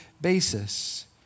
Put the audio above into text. basis